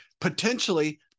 potentially